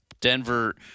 Denver